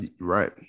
right